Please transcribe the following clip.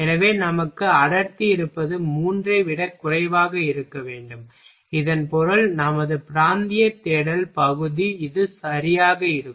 எனவே நமக்கு அடர்த்தி இருப்பது மூன்றை விடக் குறைவாக இருக்க வேண்டும் இதன் பொருள் நமது பிராந்திய தேடல் பகுதி இது சரியாக இருக்கும்